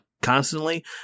constantly